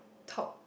top